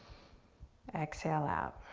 exhale out.